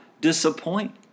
disappoint